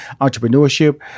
entrepreneurship